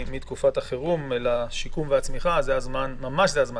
מתקופת החירום לשיקום והצמיחה ממש זה הזמן.